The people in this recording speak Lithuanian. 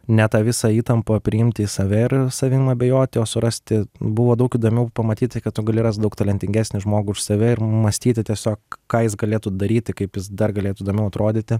ne tą visą įtampą priimti į save ir savim abejoti o surasti buvo daug įdomiau pamatyti ką tu gali rast daug talentingesnį žmogų už save ir mąstyti tiesiog ką jis galėtų daryti kaip jis dar galėtų įdomiau atrodyti